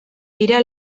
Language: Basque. dira